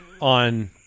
on